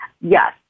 Yes